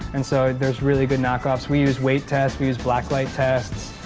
and so there's really good knockoffs. we use weight tests, we use black light tests,